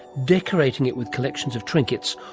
decorating it with collections of trinkets,